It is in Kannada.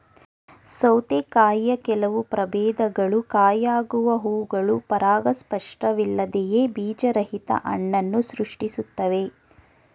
ಸೌತೆಕಾಯಿಯ ಕೆಲವು ಪ್ರಭೇದಗಳು ಕಾಯಾಗುವ ಹೂವುಗಳು ಪರಾಗಸ್ಪರ್ಶವಿಲ್ಲದೆಯೇ ಬೀಜರಹಿತ ಹಣ್ಣನ್ನು ಸೃಷ್ಟಿಸ್ತವೆ